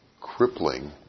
crippling